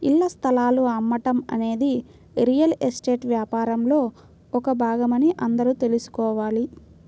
ఇళ్ల స్థలాలు అమ్మటం అనేది రియల్ ఎస్టేట్ వ్యాపారంలో ఒక భాగమని అందరూ తెల్సుకోవాలి